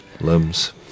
limbs